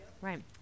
Right